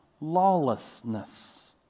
lawlessness